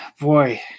Boy